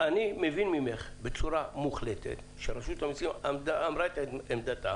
אני מבין ממך בצורה מוחלטת שרשות המסים אמרה את עמדתה